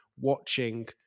watching